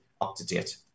up-to-date